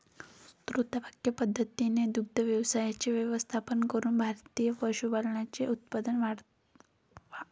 शास्त्रोक्त पद्धतीने दुग्ध व्यवसायाचे व्यवस्थापन करून भारतीय पशुपालकांचे उत्पन्न वाढवा